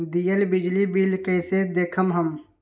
दियल बिजली बिल कइसे देखम हम?